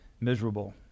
miserable